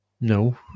No